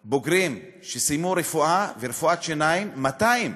בוגרים, שסיימו רפואה ורפואת שיניים, 200,